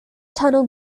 tunnel